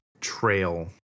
trail